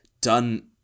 done